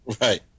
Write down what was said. Right